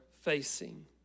facing